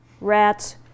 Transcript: rats